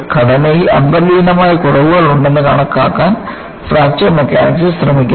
ഘടനയിൽ അന്തർലീനമായ കുറവുകൾ ഉണ്ടെന്ന് കണക്കാക്കാൻ ഫ്രാക്ചർ മെക്കാനിക്സ് ശ്രമിക്കുന്നു